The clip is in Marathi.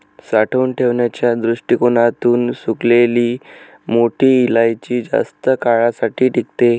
साठवून ठेवण्याच्या दृष्टीकोणातून सुकलेली मोठी इलायची जास्त काळासाठी टिकते